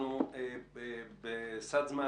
אנחנו בסד זמן,